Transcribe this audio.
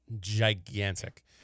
gigantic